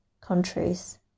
countries